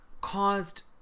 caused